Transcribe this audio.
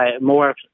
more